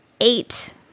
eight